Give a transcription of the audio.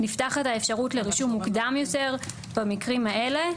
נפתחת האפשרות לרישום מוקדם יותר במקרים האלה.